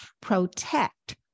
protect